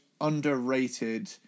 underrated